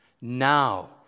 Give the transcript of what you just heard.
Now